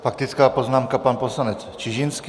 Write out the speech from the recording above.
Faktická poznámka, pan poslanec Čižinský.